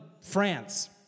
France